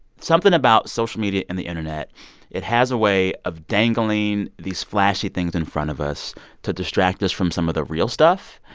something about social media and the internet it has a way of dangling these flashy things in front of us to distract us from some of the real stuff.